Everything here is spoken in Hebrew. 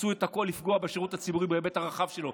עשו את הכול לפגוע בשירות הציבורי בהיבט הרחב שלו.